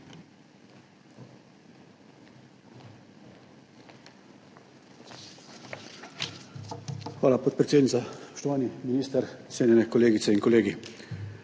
Hvala, podpredsednica. Spoštovani minister, cenjene kolegice in kolegi!